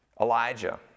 Elijah